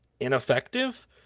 ineffective